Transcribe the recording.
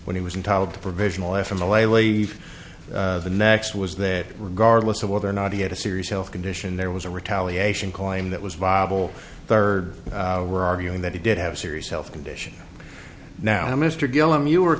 when he was entitled to provisionally from the lave the next was that regardless of whether or not he had a serious health condition there was a retaliation claim that was viable third were arguing that he did have serious health condition now mr gillum you are